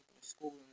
school